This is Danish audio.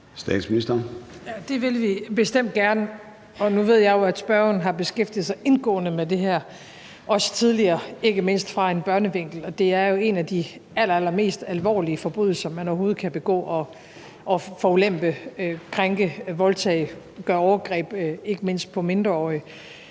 Frederiksen): Det vil vi bestemt gerne, og nu ved jeg jo, at spørgeren har beskæftiget sig indgående med det her, også tidligere og ikke mindst fra en børnevinkel. Det er jo en af de allerallermest alvorlige forbrydelser, man overhovedet kan begå, nemlig at forulempe, krænke, voldtage og begå overgreb, ikke mindst på mindreårige,